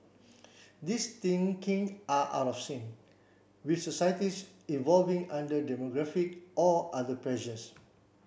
these thinking are out of sync with societies evolving under demographic or other pressures